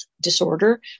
disorder